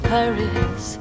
Paris